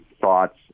thoughts